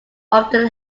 often